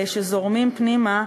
שזורמים פנימה.